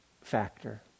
factor